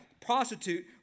Prostitute